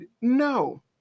no